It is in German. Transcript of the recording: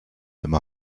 immer